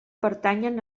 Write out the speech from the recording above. pertanyen